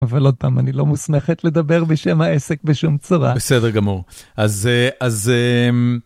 אבל עוד פעם, אני לא מוסמכת לדבר בשם העסק בשום צורה. בסדר, גמור. אז...